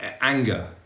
Anger